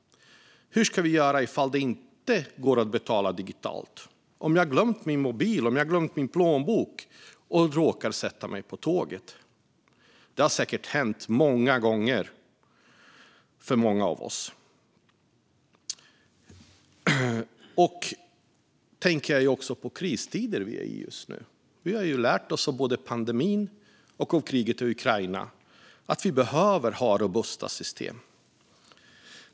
Hur ska vi göra om det inte går att betala digitalt? Vad gör jag om jag har glömt min mobil eller min plånbok och råkar sätta mig på tåget? Det har säkert hänt många gånger för många av oss. Jag tänker också på att vi är i en kristid just nu. Vi har lärt oss av pandemin och av kriget i Ukraina att vi behöver ha robusta system.